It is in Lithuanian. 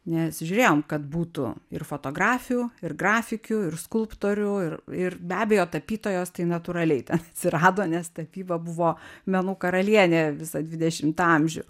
nes žiūrėjom kad būtų ir fotografių ir grafikių ir skulptorių ir ir be abejo tapytojos tai natūraliai ten atsirado nes tapyba buvo menų karalienė visą dvidešimtą amžių